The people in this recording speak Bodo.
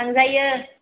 थांजायो